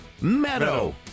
Meadow